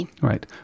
Right